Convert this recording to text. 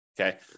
Okay